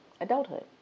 adulthood